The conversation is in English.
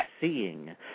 seeing